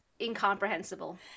incomprehensible